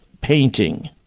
painting